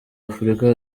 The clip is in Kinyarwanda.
afurika